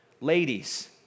Ladies